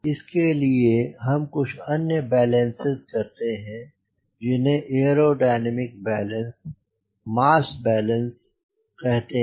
इसके लिए हम कुछ अन्य बैलेंसेस करते हैं जिन्हे एयरोडायनामिक बैलेंस मास बैलेंस कहते हैं